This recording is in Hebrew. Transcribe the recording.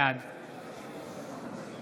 בעד